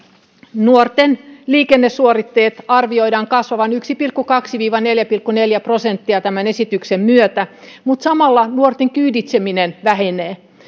nuorten liikennesuoritteiden arvioidaan kasvavan yksi pilkku kaksi viiva neljä pilkku neljä prosenttia tämän esityksen myötä mutta samalla nuorten kyyditseminen vähenee